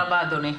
תודה, אדוני.